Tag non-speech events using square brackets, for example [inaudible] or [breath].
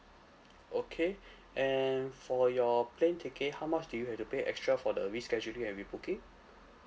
okay [breath] and for your plane ticket how much do you have to pay extra for the rescheduling and rebooking